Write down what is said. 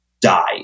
die